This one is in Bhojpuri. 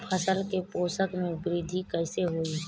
फसल के पोषक में वृद्धि कइसे होई?